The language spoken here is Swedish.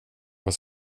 vad